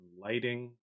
lighting